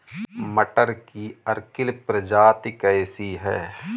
मटर की अर्किल प्रजाति कैसी है?